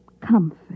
comfort